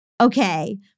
okay